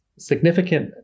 significant